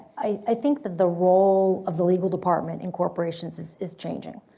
i think that the role of the legal department in corporations is is changing,